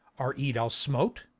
our aediles smote?